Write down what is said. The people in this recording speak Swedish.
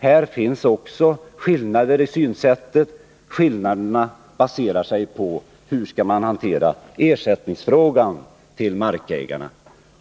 Jag vill också peka på de skillnader i synsättet som finns. Skillnaderna baserar sig på hur man skall hantera frågan om ersättning till markägarna.